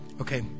Okay